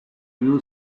few